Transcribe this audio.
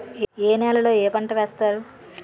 ఏ నేలలో ఏ పంట వేస్తారు?